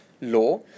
law